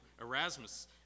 Erasmus